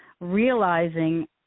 realizing